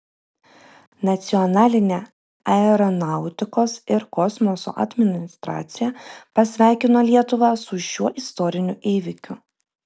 nacionalinė aeronautikos ir kosmoso administracija pasveikino lietuvą su šiuo istoriniu įvykiu